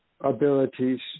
abilities